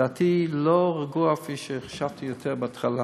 דעתי לא רגועה כפי שחשבתי בהתחלה.